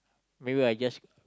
wait wait I just